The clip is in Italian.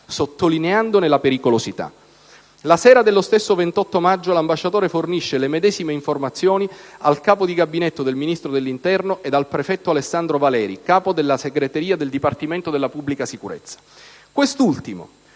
sottolineandone la pericolosità. La sera dello stesso 28 maggio l'ambasciatore fornisce le medesime informazioni al Capo di Gabinetto del Ministro dell'interno ed al prefetto Alessandro Valeri, capo della Segreteria del Dipartimento della pubblica sicurezza. Quest'ultimo